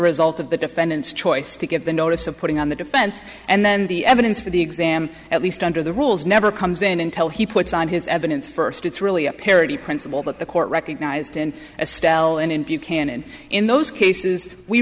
result of the defendant's choice to get the notice of putting on the defense and then the evidence for the exam at least under the rules never comes in intel he puts on his evidence first it's really a parity principle that the court recognized in a style and in buchanan in those cases we